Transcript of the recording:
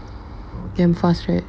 damn fast right